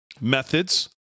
methods